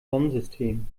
sonnensystem